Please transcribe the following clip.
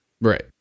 right